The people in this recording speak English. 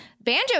Banjo